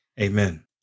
Amen